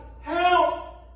Help